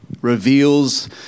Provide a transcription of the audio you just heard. reveals